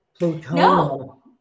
No